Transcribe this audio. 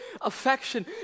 affection